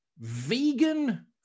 vegan